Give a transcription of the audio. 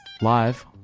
live